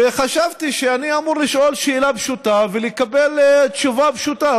וחשבתי שאני אמור לשאול שאלה פשוטה ולקבל תשובה פשוטה.